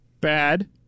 bad